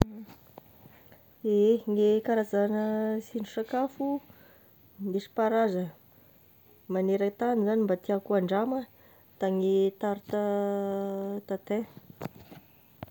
Ehe gne karazagna sindri-tsakafo nentim-paharazana misy magneran-tany zany mba tiàko andrama, de ny tarte tatin.